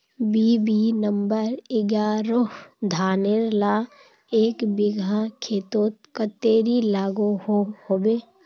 BB number एगारोह धानेर ला एक बिगहा खेतोत कतेरी लागोहो होबे?